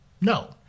no